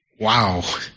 wow